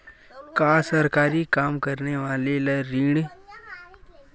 का सरकारी काम करने वाले ल हि ऋण मिल सकथे?